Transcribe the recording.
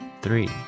three